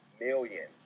million